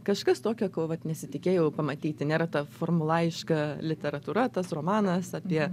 kažkas tokio ko vat nesitikėjau pamatyti nėra ta formulaiška literatūra tas romanas apie